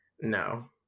no